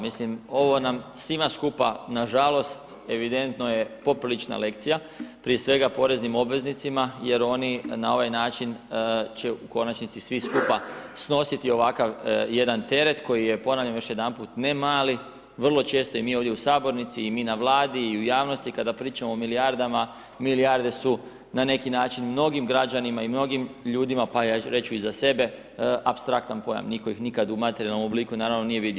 Mislim, ovo nam je svima skupa, nažalost, evidentno je, poprilična lekcija, prije svega poreznim obveznicima jer oni na ovaj način će u konačnici svi skupa snositi ovakav jedan teret koji je ponavljam još jedanput ne mali, vrlo često i mi ovdje u sabornici i mi na Vladi i u javnosti kada pričamo o milijardama, milijarde su na neki način mnogim građanima i mnogim ljudima, pa ja ću reći i za sebe apstraktan pojam, nitko ih nikad u materijalnom obliku naravno nije vidio.